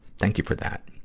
thank you for that.